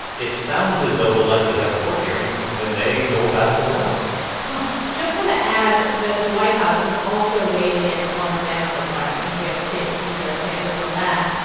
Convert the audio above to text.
it sounds as though we'll likely have a court hearing when they go battle this out just want to add that the white house has also weighed in on the manafort filings. we have a statement from sarah sanders on that.